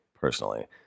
personally